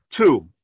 Two